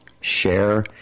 share